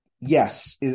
Yes